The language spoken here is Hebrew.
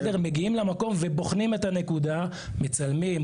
הם מגיעים למקום ובוחנים את הנקודה: מצלמים,